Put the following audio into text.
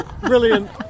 brilliant